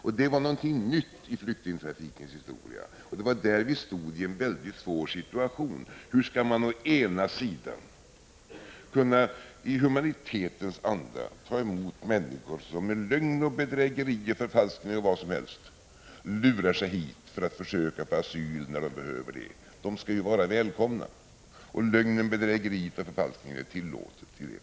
Det var någonting nytt i flyktingtrafikens historia, och vi stod då i en mycket svår situation: I humanitetens anda tar vi emot människor som med lögner, bedrägerier och förfalskningar lurar sig hit för att försöka få asyl när de behöver det — de skall vara välkomna, och lögnerna, bedrägerierna och förfalskningarna är i det fallet tillåtna.